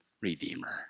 redeemer